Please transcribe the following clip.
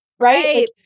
right